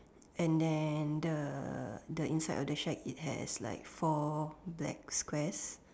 and then the the inside of the shack it has like four black squares